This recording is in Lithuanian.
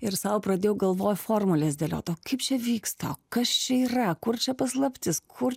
ir sau pradėjau galvoj formules dėliot o kaip čia vyksta o kas čia yra kur čia paslaptis kur